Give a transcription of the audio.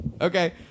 okay